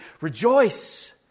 Rejoice